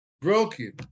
broken